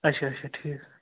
اچھا اچھا ٹھیٖک